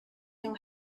nhw